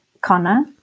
Connor